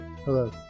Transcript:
Hello